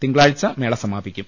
തിങ്കളാഴ്ച മേള സമാപിക്കും